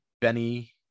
Benny